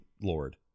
Lord